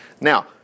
Now